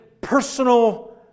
personal